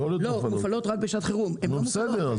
בסדר,